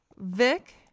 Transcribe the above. Vic